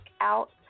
out